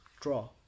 draw